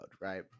right